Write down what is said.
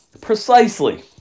Precisely